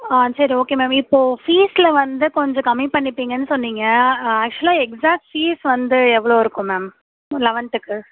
ஆ சரி okay ma'am இப்போ ஃபீஸில் வந்து கொஞ்சம் கம்மி பண்ணிப்பீங்கன்னு சொன்னிங்க ஆக்ஷுவலாக எக்சேக்ட் ஃபீஸ் வந்து எவ்வளோ இருக்கும் மேம் லவென்த்துக்கு